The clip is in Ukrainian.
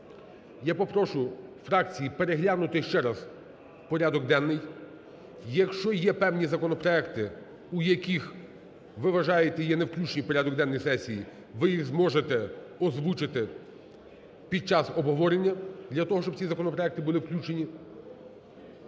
Я попрошу фракції переглянути ще раз порядок денний, і якщо є певні законопроекти, у яких, ви вважаєте, є не включені в порядок денний сесії, ви їх зможете озвучити під час обговорення для того, щоб ці законопроекти були включені.